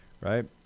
right